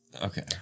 Okay